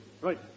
Right